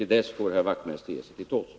Till dess får herr Wachtmeister ge sig till tåls.